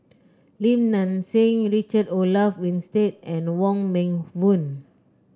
Lim Nang Seng Richard Olaf Winstedt and Wong Meng Voon